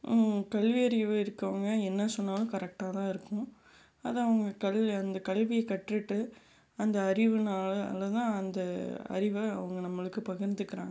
கல்வி அறிவு இருக்கறவங்க என்ன சொன்னாலும் கரெக்டாக தான் இருக்கும் அதை அவங்க கல்லு அந்த கல்வியை கற்றுகிட்டு அந்த அறிவுனால் ஆல் தான் அந்த அறிவை அவங்க நம்மளுக்கு பகிர்ந்திக்கிறாங்க